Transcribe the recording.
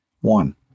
One